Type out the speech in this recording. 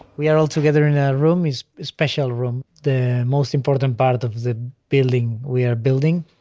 we are all together and our room is a special room. the most important part of the building we are building